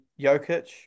Jokic